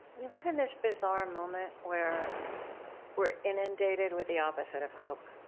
we live in this bizarre moment where we're inundated with the opposite of hope